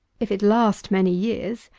if it last many years,